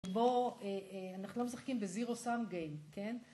בוא, אנחנו לא משחקים בזירו סאם גיים, כן?